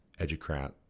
educrat